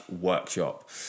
workshop